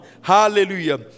Hallelujah